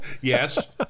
Yes